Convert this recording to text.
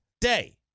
day